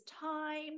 time